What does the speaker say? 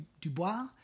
Dubois